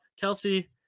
Kelsey